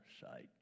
sight